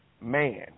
man